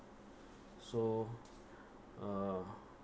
so uh